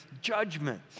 judgment